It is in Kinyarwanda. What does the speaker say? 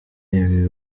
ibi